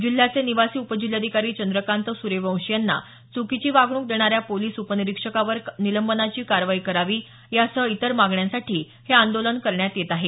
जिल्ह्याचे निवासी उपजिल्हाधिकारी चंद्रकांत सुर्यवंशी यांना चुकीची वागणूक देणाऱ्या पोलिस उपनिरीक्षकावर निलंबनाची कारवाई करावी यासह इतर मागण्यांसाठी हे आंदोलन करण्यात येत आहे